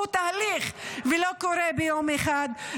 שהוא תהליך ולא קורה ביום אחד,